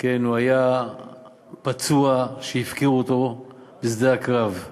הוא היה פצוע שהפקירו בשדה הקרב.